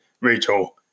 Rachel